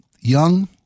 Young